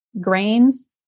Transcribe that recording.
grains